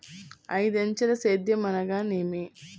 ఐదంచెల సేద్యం అనగా నేమి?